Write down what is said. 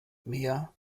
mehr